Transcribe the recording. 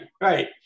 right